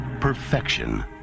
Perfection